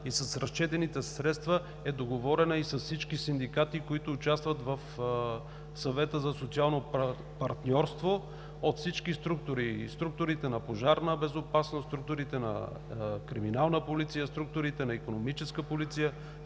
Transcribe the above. и с разчетените средства е договорена и с всички синдикати, участващи в Съвета за социално партньорство от всички структури – и структурите на Пожарна безопасност, структурите на Криминална полиция, структурите на Икономическа полиция,